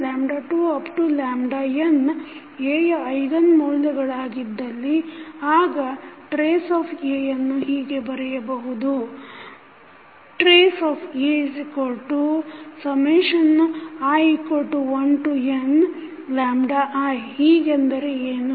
n Aಯ eigen ಮೌಲ್ಯಗಳಾಗಿದ್ದಲ್ಲಿ ಆಗ trace of Aಯನ್ನು ಹೀಗೆ ಬರೆಯಬಹುದು tri1ni ಹೀಗಂದರೆ ಏನು